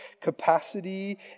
capacity